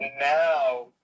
now